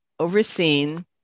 overseen